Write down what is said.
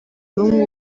n’umwe